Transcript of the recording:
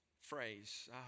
phrase